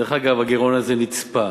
דרך אגב, הגירעון הזה נצפה